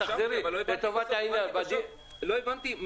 לא הבנתי.